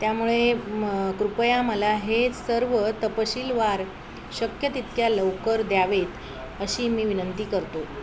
त्यामुळे म कृपया मला हे सर्व तपशीलवार शक्य तितक्या लवकर द्यावेेत अशी मी विनंती करतो